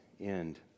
end